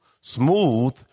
smooth